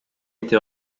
été